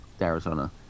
Arizona